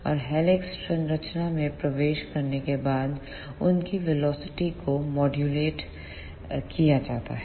और हेलिक्स संरचना में प्रवेश करने के बाद उनके वेलोसिटी को मॉड्यूल एट किया जाता है